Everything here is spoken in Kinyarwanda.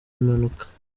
imanuka